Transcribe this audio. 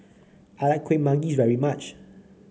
I like Kueh Manggis very much